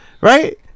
right